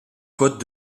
côtes